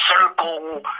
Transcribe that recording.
circle